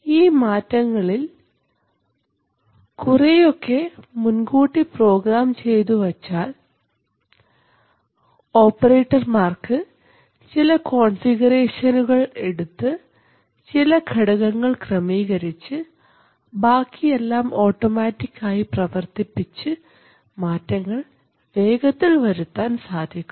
ഈ മാറ്റങ്ങളിൽ കുറെയൊക്കെ മുൻകൂട്ടി പ്രോഗ്രാം ചെയ്തു വച്ചാൽ ഓപ്പറേറ്റർമാർക്ക് ചില കോണ്ഫിഗറേഷനുകള് എടുത്തു ചില ഘടകങ്ങൾ ക്രമീകരിച്ച് ബാക്കിയെല്ലാം ഓട്ടോമാറ്റിക് ആയി പ്രവർത്തിപ്പിച്ച് മാറ്റങ്ങൾ വേഗത്തിൽ വരുത്താൻ സാധിക്കും